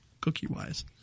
cookie-wise